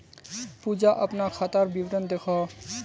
पूजा अपना खातार विवरण दखोह